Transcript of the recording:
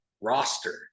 roster